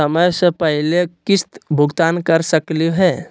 समय स पहले किस्त भुगतान कर सकली हे?